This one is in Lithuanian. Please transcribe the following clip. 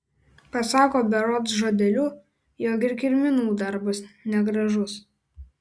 pasako berods žodeliu jog ir kirminų darbas negražus